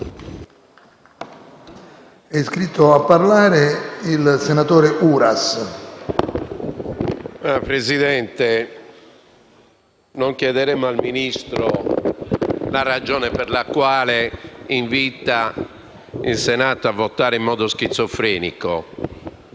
Presidente, non chiederemo al Ministro la ragione per la quale invita il Senato a votare in modo schizofrenico